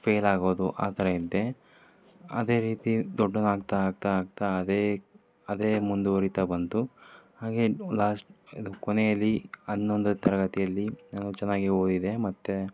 ಫೇಲಾಗೋದು ಆ ಥರ ಇದ್ದೆ ಅದೇ ರೀತಿ ದೊಡ್ಡೊವ್ನಾಗ್ತಾ ಆಗ್ತಾ ಆಗ್ತಾ ಅದೇ ಅದೇ ಮುಂದುವರೀತ ಬಂತು ಹಾಗೇ ಲಾಸ್ಟ್ ಇದು ಕೊನೇಲಿ ಹನ್ನೊಂದು ತರಗತಿಯಲ್ಲಿ ನಾನು ಚೆನ್ನಾಗೆ ಓದಿದೆ ಮತ್ತು